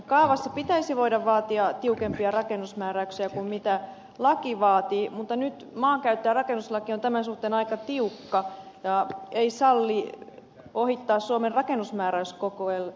kaavassa pitäisi voida vaatia tiukempia rakennusmääräyksiä kuin laki vaatii mutta nyt maankäyttö ja rakennuslaki on tämän suhteen aika tiukka eikä salli ohittaa suomen rakennusmääräyskokoelmaa